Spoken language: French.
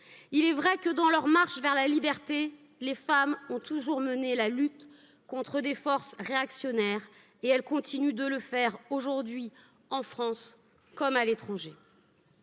Il est vrai que dans leur marche V. la liberté, les femmes ont toujours mené la lutte contre des forces réactionnaires et elles continuent de le faire aujourd'hui en France comme à l'étranger.